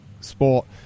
sport